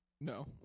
No